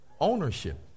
ownership